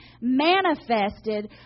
manifested